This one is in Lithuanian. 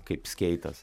kaip skeitas